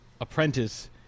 apprentice